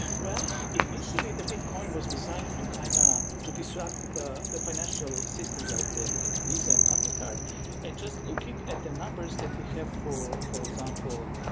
well, initially, the bitcoin was designed to kind of to disrupt the the financial systems out there, like visa and mastercard and just looking at the numbers that we have, for for example,